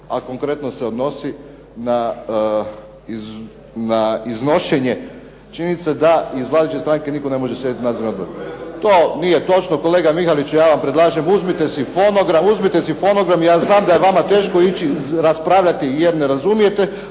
a konkretno se odnosi na iznošenje činjenica da iz vaše stranke ne može nitko sjediti u nadzornom odboru. To nije točno, kolega Mihalić ja vam predlažem uzmite si fonogram, ja znam da je vama teško ići raspravljati jer ne razumijete,